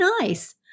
nice